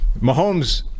Mahomes